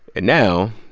and now,